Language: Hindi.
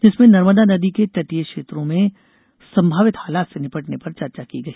जिसमें नर्मदा नदी के तटीय क्षेत्रों में संभावित हालात से निपटने पर चर्चा की गई